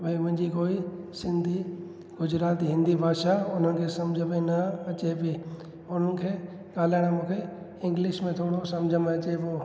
भाई मुंहिंजी कोई सिंधी गुजराती हिंदी भाषा उन्हनि खे समुझ में न अचे पेई उन्हनि खे ॻाल्हाइण मूंखे इंग्लिश में थोरो समुझ में अचे पियो